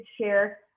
share